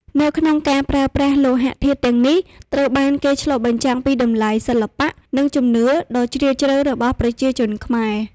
នៅក្នុងការប្រើប្រាស់លោហៈធាតុទាំងនេះ ត្រូវបានឆ្លុះបញ្ចាំងពីតម្លៃ សិល្បៈ និងជំនឿដ៏ជ្រាលជ្រៅរបស់ប្រជាជនខ្មែរ។